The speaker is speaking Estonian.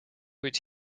kuid